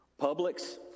Publix